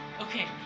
okay